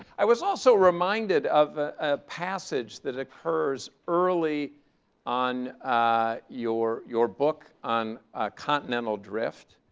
i was also reminded of a passage that occurs early on your your book on continental drift,